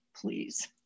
please